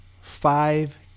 five